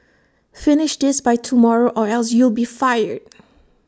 finish this by tomorrow or else you'll be fired